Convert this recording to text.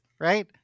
Right